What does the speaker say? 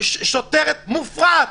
שוטרת מופרעת,